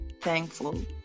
thankful